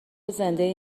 زنده